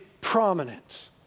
prominent